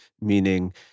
Meaning